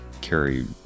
carry